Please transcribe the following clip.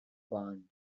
barn